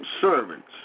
servants